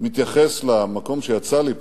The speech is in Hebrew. מתייחס למקום שיצא לי,